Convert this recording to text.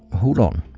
hold on,